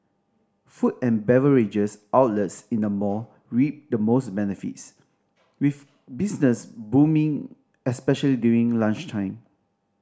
food and beverages outlets in the mall reaped the most benefits with business booming especially during lunchtime